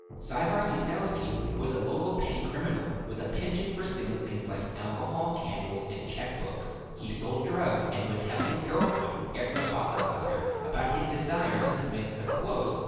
saevar ciesielski was a local petty criminal with a penchant for stealing things like alcohol, candles, and checkbooks. he sold drugs and would tell his girlfriend, erla bolladottir, about his desire to commit the, quote,